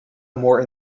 more